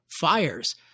fires –